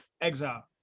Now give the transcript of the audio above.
Exile